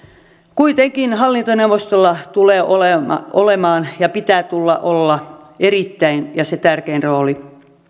kuitenkin hallintoneuvostolla tulee olemaan olemaan ja sillä pitää olla se tärkein rooli